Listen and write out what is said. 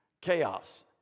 chaos